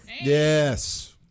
Yes